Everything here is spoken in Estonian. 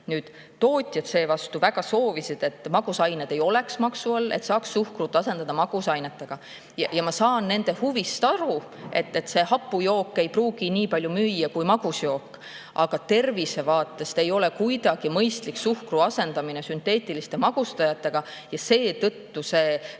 Tootjad seevastu väga soovisid, et magusained ei oleks maksu all, et saaks suhkru asendada magusainega. Ma saan nende huvist aru, sest hapu jook ei pruugi nii palju müüa kui magus jook, aga tervisevaatest ei ole kuidagi mõistlik suhkru asendamine sünteetilise magustajaga. Seetõttu on see